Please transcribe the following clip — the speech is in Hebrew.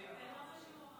זה לא מה שהוא אמר.